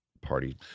party